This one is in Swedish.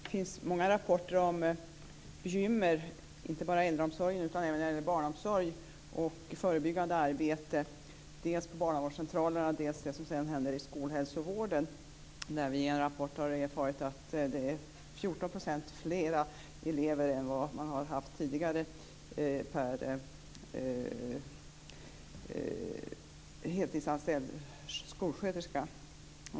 Fru talman! Det finns många rapporter om bekymmer, inte bara när det gäller äldreomsorg utan även när det gäller barnomsorg och förebyggande arbete, dels på barnavårdscentralerna, dels i skolhälsovården. Av en rapport har vi erfarit att det nu är 14 % fler elever per heltidsanställd skolsköterska.